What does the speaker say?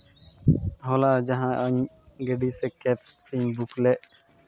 ᱦᱚᱞᱟ ᱡᱟᱦᱟᱸ ᱤᱧ ᱜᱟᱹᱰᱤ ᱥᱮ ᱠᱮᱵᱽ ᱤᱧ ᱵᱩᱠ ᱞᱮᱫ